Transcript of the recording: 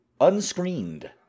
unscreened